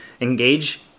engage